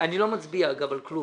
אני לא מצביע על כלום.